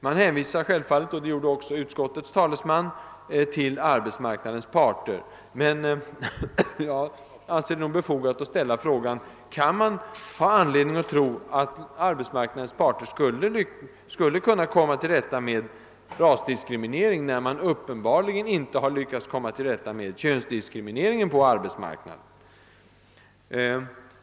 Man hänvisar självfallet — och det gjorde också utskottets talesman — till arbetsmarknadens parter, men jag anser det nog befogat att ställa frågan: Har man anledning att tro att arbetsmarknadens parter skulle kunna komma till rätta med rasdiskrimineringen, när de uppenbarligen inte har lyckats komma till rätta med könsdiskrimineringen på arbetsmarknaden?